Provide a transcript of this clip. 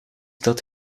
dat